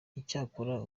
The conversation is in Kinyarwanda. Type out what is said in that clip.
cyakora